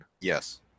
Yes